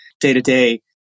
day-to-day